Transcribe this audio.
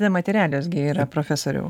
nematerialios gi yra profesoriau